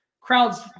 crowds